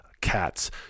cats